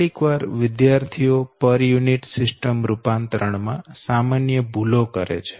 કેટલીકવાર વિદ્યાર્થીઓ પર યુનિટ સિસ્ટમ રૂપાંતરણ માં સામાન્ય ભૂલો કરે છે